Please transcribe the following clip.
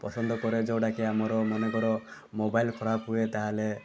ପସନ୍ଦ କରେ ଯେଉଁଟାକି ଆମର ମନେକର ମୋବାଇଲ୍ ଖରାପ ହୁଏ ତାହେଲେ